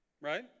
right